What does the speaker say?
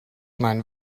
mein